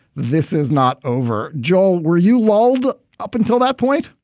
this is not over. joel, were you walled up until that point?